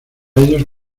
ellos